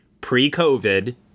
pre-COVID